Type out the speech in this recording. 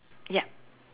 yup